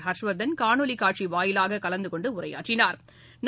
ஹா்ஷ்வா்தன் காணொலி காட்சி வாயிலாக கலந்தகொண்டு உரையாற்றினாா்